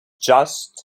just